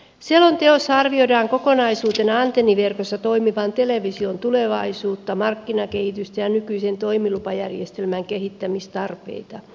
selonteossa arvioidaan kokonaisuutena antenniverkossa toimivan television tulevaisuutta markkinakehitystä ja nykyisen toimilupajärjestelmän kehittämistarpeita